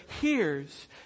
hears